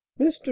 mr